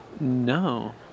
No